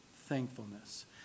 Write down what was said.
thankfulness